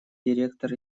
директор